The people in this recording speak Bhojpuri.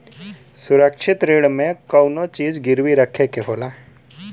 सुरक्षित ऋण में कउनो चीज गिरवी रखे के होला